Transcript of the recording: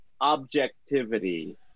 objectivity